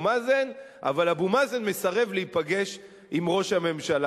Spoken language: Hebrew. מאזן אבל אבו מאזן מסרב להיפגש עם ראש הממשלה.